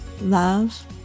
Love